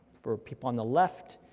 for people on the left,